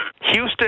Houston